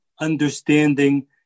understanding